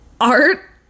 art